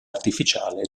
artificiale